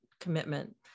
commitment